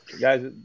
Guys